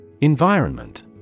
Environment